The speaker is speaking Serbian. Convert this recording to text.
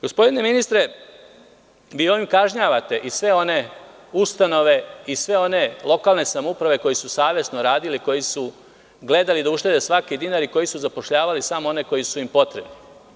Gospodine ministre, vi ovim kažnjavate i sve one ustanove i sve one lokalne samouprave koje su savesno radile i koje su gledale da štede svaki dinar i koji su zapošljavali samo one koji su im potrebni.